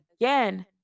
again